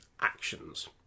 actions